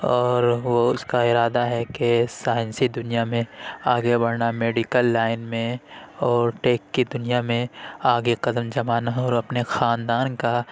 اور وہ اس کا ارادہ ہے کہ سائنسی دنیا میں آگے بڑھنا میڈیکل لائن میں اور ٹیک کی دنیا میں آگے قدم جمانا اور اپنے خاندان کا